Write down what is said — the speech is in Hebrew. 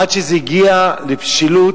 עד שזה הגיע לבשלות,